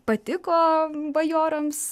patiko bajorams